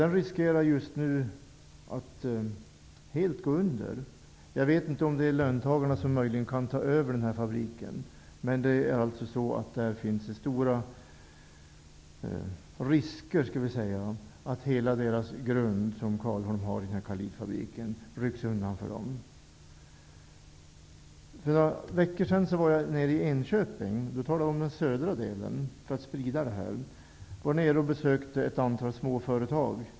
Den riskerar just nu att helt gå under. Jag vet inte om löntagarna möjligen kan ta över fabriken. Men där finns stora risker för att hela den grund som Karlitfabriken i Karlholmsbruk utgör för de här människorna rycks undan. För några veckor sedan var jag nere i Enköping. Nu talar jag om den södra delen av länet, för att få en spridning av informationen. Jag besökte ett antal småföretag.